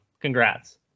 Congrats